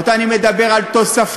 רבותי, אני מדבר על תוספתי.